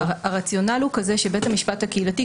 הרציונל הוא כזה שבית המשפט הקהילתי,